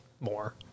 more